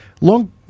Long